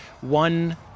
one